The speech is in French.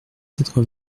quatre